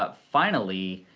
but finally,